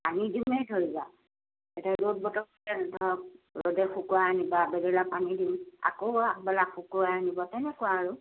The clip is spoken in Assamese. পানী দিমেই ধৰি লোৱা এতিয়া ৰ'দ বতৰত ধৰক ৰ'দে শুকুৱাই আনিব গধূলা পানী দিম আকৌ আগবেলা শুকুৱাই আনিব তেনেকুৱা আৰু